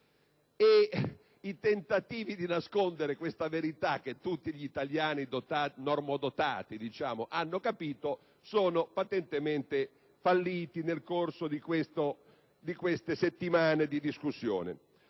i tentativi di nascondere questa verità, che tutti gli italiani normodotati hanno capito, sono patentemente falliti nel corso di queste settimane di discussione.